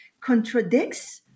contradicts